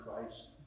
Christ